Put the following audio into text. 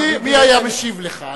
מי היה משיב לך?